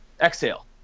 exhale